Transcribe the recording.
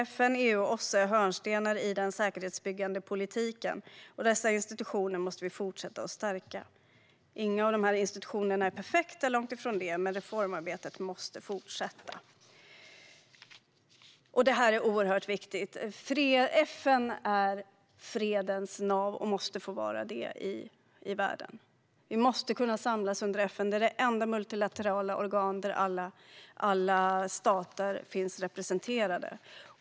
FN, EU och OSSE är hörnstenar i den säkerhetsbyggande politiken. Dessa institutioner måste vi fortsätta att stärka. Ingen av institutionerna är perfekt, långt ifrån det, men reformarbetet måste fortsätta. Det här är oerhört viktigt: FN är fredens nav i världen och måste få vara det. Vi måste kunna samlas under FN. Det är det enda multilaterala organ där alla stater finns representerade.